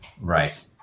Right